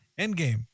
Endgame